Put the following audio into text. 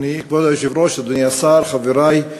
כבוד היושב-ראש, אדוני השר, חברי,